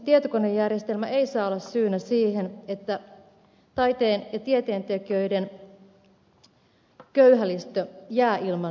tietokonejärjestelmä ei saa olla syynä siihen että taiteen ja tieteentekijöiden köyhälistö jää ilman sosiaaliturvaa